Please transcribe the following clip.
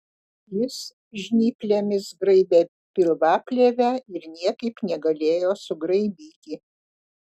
jis žnyplėmis graibė pilvaplėvę ir niekaip negalėjo sugraibyti